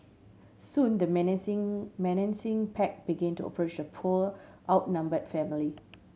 soon the menacing menacing pack begin to approach poor outnumbered family